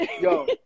Yo